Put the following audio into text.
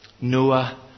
Noah